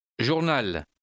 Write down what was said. Journal